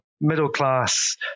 middle-class